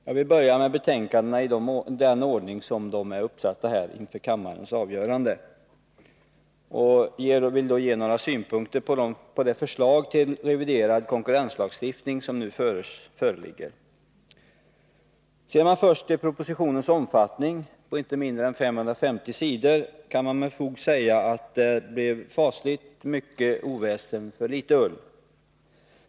Låt mig börja med betänkandena i den ordning som de är uppsatta inför kammarens avgörande och ge några synpunkter på det förslag till reviderad konkurrenslagstiftning som nu föreligger. Ser man först till propositionens omfattning, inte mindre än 550 sidor, kan man med fog säga att det blev fasligt mycket oväsen för litet ull.